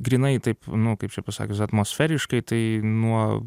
grynai taip nu kaip čia pasakius atmosferiškai tai nuo